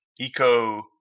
eco